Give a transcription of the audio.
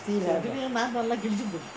still have ah